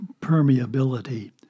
permeability